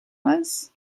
was